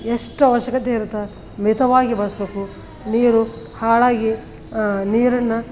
ಎಷ್ಟು ಅವಶ್ಯಕತೆ ಇರುತ್ತೋ ಮಿತವಾಗಿ ಬಳಸಬೇಕು ನೀರು ಹಾಳಾಗಿ ನೀರನ್ನು